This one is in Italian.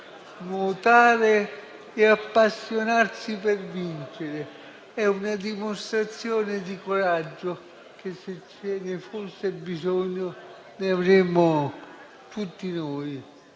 nuotare e appassionarsi per vincere: è una dimostrazione di coraggio e, se ce ne fosse bisogno, avremo modo tutti noi